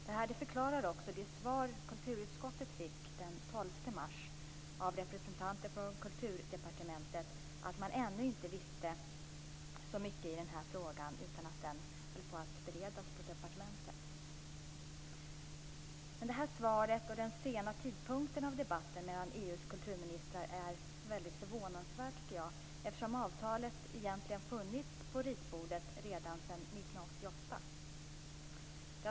Det här förklarar också det svar kulturutskottet fick den 12 mars av representanter för Kulturdepartementet, att man ännu inte visste så mycket i denna fråga, utan den håller på att beredas på departementet. EU:s kulturministrar är väldigt förvånansvärt, eftersom avtalet egentligen funnits på ritbordet redan sedan 1988.